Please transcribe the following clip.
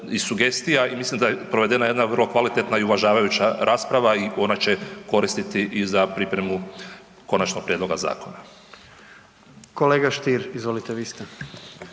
i sugestija i mislim da je provedena jedna vrlo kvalitetna i uvažavajuća rasprava i ona će koristiti i za pripremu konačnog prijedloga zakona. **Jandroković,